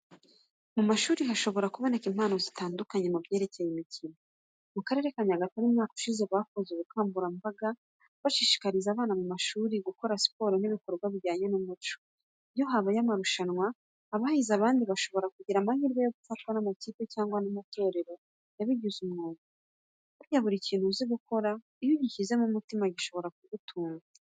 Mu mashuri hashobora kuboneka impano zitandukanye mu byerekeye imikino. Mu Karere ka Nyagatare umwaka ushize, bakoze ubukangurambaga bashishikariza abana mu mashuri gukora siporo n'ibikorwa bijyanye n'umuco. Iyo habaye amarushanwa, abahize abandi bashobora kugira amahirwe yo gufatwa n'amakipe cyangwa amatorero yabigize umwuga. Burya ikintu uzi gukora, iyo ugishyizeho umutima gishobora kugutunga.